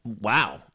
Wow